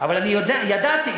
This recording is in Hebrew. אבל ידעתי,